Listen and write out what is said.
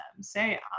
say